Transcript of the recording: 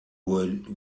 would